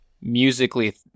musically